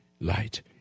light